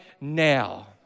now